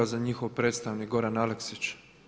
Njihov predstavnik Goran Aleksić.